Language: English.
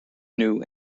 new